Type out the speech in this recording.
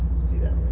see that